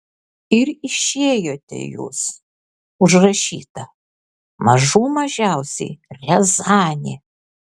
ir išėjote jūs užrašyta mažų mažiausiai riazanė